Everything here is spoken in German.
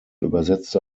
übersetzte